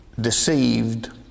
Deceived